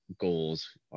goals